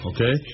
Okay